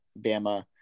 Bama